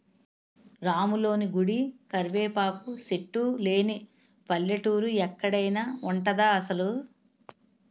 రాములోని గుడి, కరివేపాకు సెట్టు లేని పల్లెటూరు ఎక్కడైన ఉంటదా అసలు?